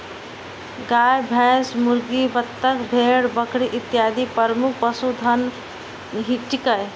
गाय, भैंस, मुर्गी, बत्तख, भेड़, बकरी इत्यादि प्रमुख पशुधन छियै